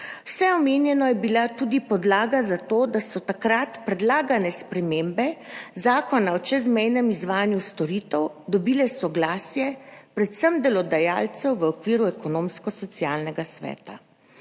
Vse omenjeno je bilo tudi podlaga za to, da so takrat predlagane spremembe Zakona o čezmejnem izvajanju storitev dobile soglasje, predvsem delodajalcev v okviru Ekonomsko-socialnega sveta.